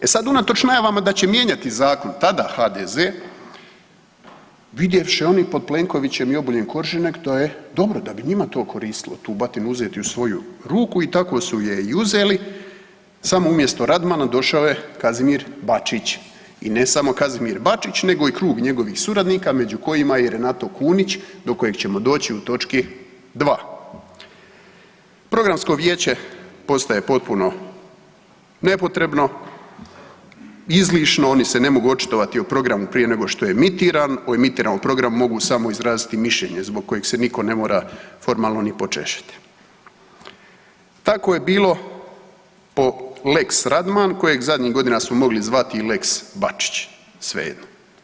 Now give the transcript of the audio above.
E sad unatoč najavama da će mijenjati zakon tada HDZ, vidjevši oni po Plenkovićem i Obuljen Koržinek, to je dobro, da bi njima to koristilo tu batinu uzeti u svoju ruku i tako su je i uzeli, samo umjesto Radmana, došao je Kazimir Bačić i ne samo Kazimir Bačić nego i krug njegovih suradnika među kojima je Renato Kunić, do kojeg ćemo doći u točki 2. Programsko vijeće postaje potpuno nepotrebno, izlišno, oni se ne mogu očitovati o programu prije nego što je emitiran, o emitiranom programu mogu samo izraziti mišljenje zbog kojeg se nitko ne mora formalno ni … Tako je bilo po lex Radman kojeg zadnjih godina su mogli zvat i lex Bačić, svejedno.